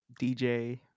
DJ